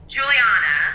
Juliana